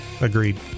agreed